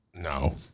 No